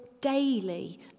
daily